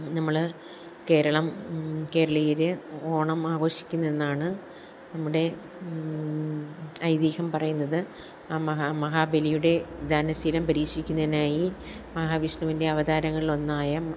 നമ്മള് കേരളം കേരളീയര് ഓണം ആഘോഷിക്കുന്നതെന്നാണ് നമ്മുടെ ഐതിഹ്യം പറയുന്നത് ആ മഹാ മഹാബലിയുടെ ദാനശീലം പരീക്ഷിക്കുന്നയ്നായി മഹാവിഷ്ണുവിൻ്റെ അവതാരങ്ങളിലൊന്നായ